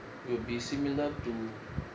will be similar to